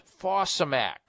Fosamax